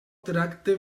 tracte